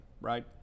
right